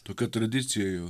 tokia tradicija jo